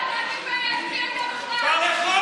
חבר הכנסת